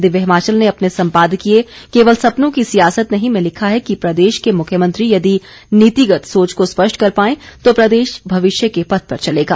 दिव्य हिमाचल ने अपने संपादकीय केवल सपनों की सियासत नहीं में लिखा है कि प्रदेश के मुख्यमंत्री यदि नीतिगत सोच को स्पष्ट कर पाएं तो प्रदेश भविष्य के पथ पर चलेगा